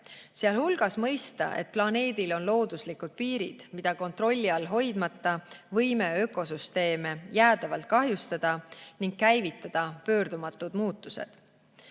sealhulgas mõista, et planeedil on looduslikud piirid, mida kontrolli all hoidmata võime ökosüsteeme jäädavalt kahjustada ning käivitada pöördumatud muutused. Vajalikud